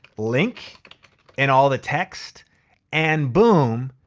link and all the text and boom,